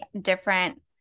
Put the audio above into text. different